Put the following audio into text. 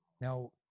Now